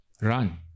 run